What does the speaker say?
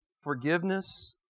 forgiveness